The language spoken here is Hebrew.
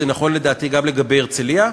וזה נכון לדעתי גם לגבי הרצליה.